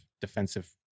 defensive